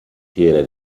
tiene